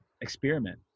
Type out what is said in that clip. experiment